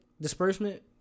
disbursement